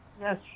yes